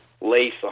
lace